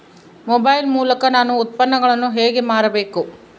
Mobile ಮೂಲಕ ನಾನು ಉತ್ಪನ್ನಗಳನ್ನು ಹೇಗೆ ಮಾರಬೇಕು?